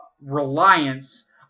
reliance